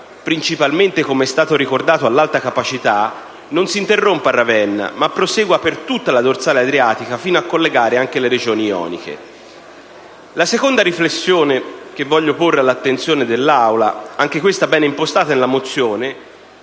principalmente, com'è stato ricordato, all'alta capacità, non si interrompa a Ravenna ma prosegua per tutta la dorsale adriatica fino a collegare anche le regioni ioniche. La seconda riflessione che voglio porre all'attenzione dell'Aula, anche questa ben impostata nella mozione,